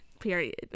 Period